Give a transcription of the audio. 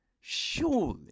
surely